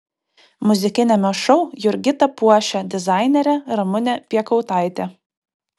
muzikiniame šou jurgitą puošia dizainerė ramunė piekautaitė